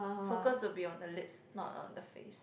focus will be on the lips not on the face